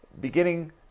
beginning